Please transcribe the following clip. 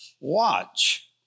watch